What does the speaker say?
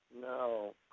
No